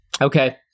Okay